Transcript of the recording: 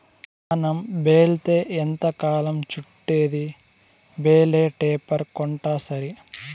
మనం బేల్తో ఎంతకాలం చుట్టిద్ది బేలే రేపర్ కొంటాసరి